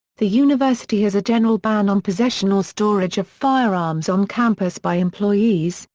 the university has a general ban on possession or storage of firearms on campus by employees,